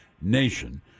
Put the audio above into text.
nation